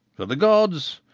for the gods,